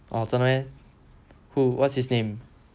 oh 真的 meh who what's his name